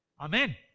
Amen